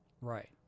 Right